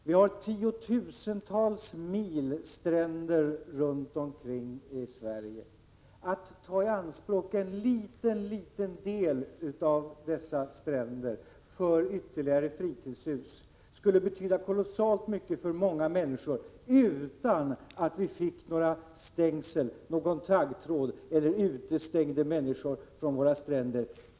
Herr talman! Rune Evensson har fortfarande inte förstått vad vi talar om. Vi har tiotusentals mil stränder runt omkring i Sverige. Det skulle betyda kolossalt mycket för många människor om man tar i anspråk en mycket liten del av dessa för ytterligare fritidshus — utan att vi skulle få stängsel, taggtråd eller utestängande av människor från våra stränder.